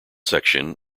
section